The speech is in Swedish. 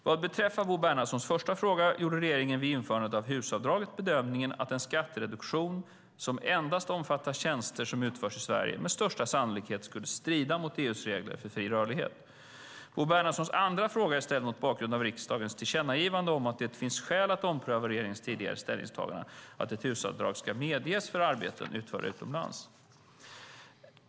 Vad beträffar Bo Bernhardssons första fråga gjorde regeringen vid införandet av HUS-avdraget bedömningen att en skattereduktion som endast omfattar tjänster som utförs i Sverige med största sannolikhet skulle strida mot EU:s regler om fri rörlighet. Bo Bernhardssons andra fråga är ställd mot bakgrund av riksdagens tillkännagivande om att det finns skäl att ompröva regeringens tidigare ställningstagande att HUS-avdrag ska medges för arbeten utförda utomlands.